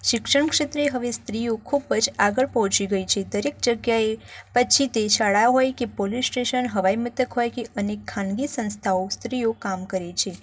શિક્ષણ ક્ષેત્રે હવે સ્ત્રીઓ ખૂબ જ આગળ પહોંચી ગઈ છે દરેક જગ્યાએ પછી તે શાળા હોય કે પોલીસ સ્ટેશન હવાઈમથક હોય કે અનેક ખાનગી સંસ્થાઓ સ્ત્રીઓ કામ કરે છે